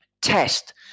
test